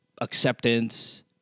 acceptance